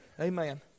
Amen